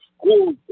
school